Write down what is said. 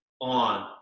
on